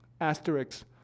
asterisks